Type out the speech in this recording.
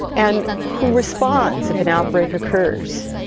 and who responds if an outbreak occurs?